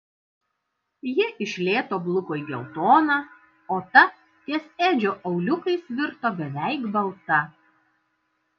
ji iš lėto bluko į geltoną o ta ties edžio auliukais virto beveik balta